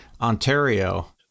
ontario